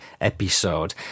episode